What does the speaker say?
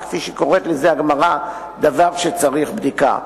כפי שקוראת לזה הגמרא "דבר שצריך בדיקה".